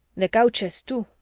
the couches, too.